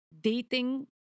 dating